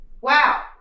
Wow